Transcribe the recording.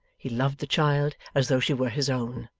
he loved the child as though she were his own.